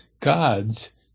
God's